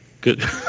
Good